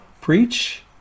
preach